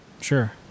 sure